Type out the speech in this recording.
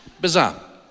Bizarre